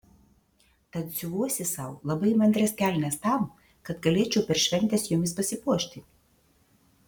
tad siuvuosi sau labai įmantrias kelnes tam kad galėčiau per šventes jomis pasipuošti